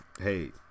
hey